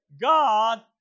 God